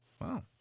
Wow